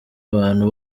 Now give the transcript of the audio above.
abantu